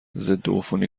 ضدعفونی